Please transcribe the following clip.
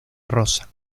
rosa